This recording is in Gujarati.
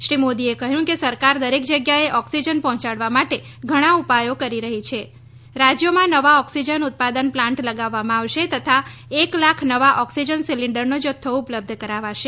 શ્રી મોદીએ કહ્યું કે સરકાર દરેક જગ્યાએ ઓક્સિજન પહોંચાડવા માટે ઘણા ઉપાયો કરી રહી છે રાજ્યોમાં નવા ઓક્સિજન ઉત્પાદન પ્લાન્ટ લગાવવામાં આવશે તથા એક લાખ નવા ઓક્સિજન સિલિન્ડરનો જથ્થો ઉપલબ્ધ કરાવાશે